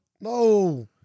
No